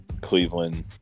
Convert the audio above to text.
Cleveland